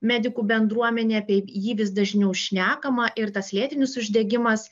medikų bendruomenė apie jį vis dažniau šnekama ir tas lėtinis uždegimas